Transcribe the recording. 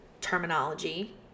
terminology